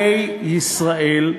המגיע להם.